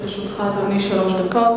לרשותך, אדוני, שלוש דקות.